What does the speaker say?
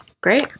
Great